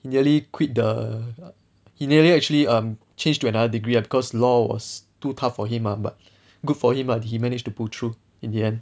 he nearly quit the he nearly actually um change to another degree ah because law was too tough for him ah but good for him ah he managed to pull through in the end